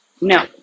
No